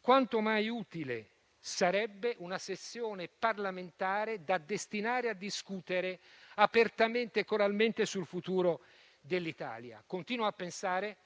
quanto mai utile sarebbe una sessione parlamentare da destinare a discutere apertamente e coralmente del futuro dell'Italia. Continuo a pensare